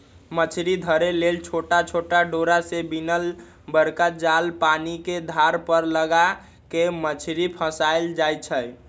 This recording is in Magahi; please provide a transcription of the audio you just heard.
मछरी धरे लेल छोट छोट डोरा से बिनल बरका जाल पानिके धार पर लगा कऽ मछरी फसायल जाइ छै